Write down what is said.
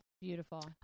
Beautiful